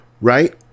right